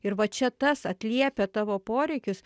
ir va čia tas atliepia tavo poreikius